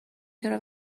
چرا